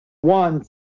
one